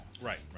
right